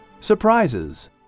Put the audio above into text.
Surprises